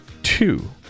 two